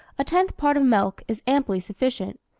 a tenth part of milk is amply sufficient.